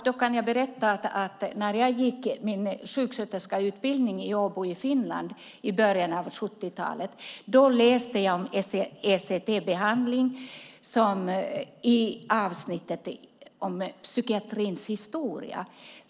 Då kan jag berätta att när jag gick min sjuksköterskeutbildning i Åbo i Finland i början av 70-talet läste jag om ECT-behandling under avsnittet om psykiatrins historia.